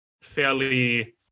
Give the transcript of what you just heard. fairly